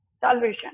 salvation